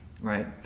right